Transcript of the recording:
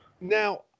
Now